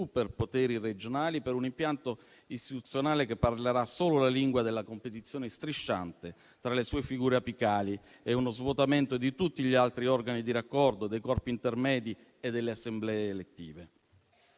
superpoteri regionali per un impianto istituzionale che parlerà solo la lingua della competizione strisciante tra le sue figure apicali e uno svuotamento di tutti gli altri organi di raccordo, dei corpi intermedi e delle Assemblee elettive.